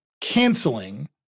canceling